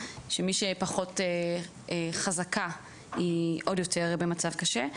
שמי שפחות חזקה היא עוד יותר במצב קשה.